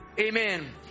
Amen